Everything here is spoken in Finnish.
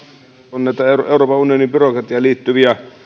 on näitä euroopan unionin byrokratiaan liittyviä